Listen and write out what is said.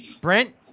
Brent